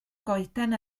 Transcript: goeden